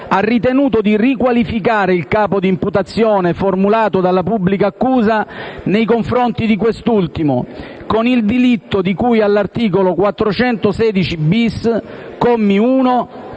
ha ritenuto di riqualificare il capo di imputazione formulato dalla pubblica accusa nei confronti di quest'ultimo, con il delitto di cui all'articolo 416-*bis*, commi 1,